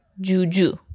Juju